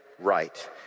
right